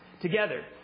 together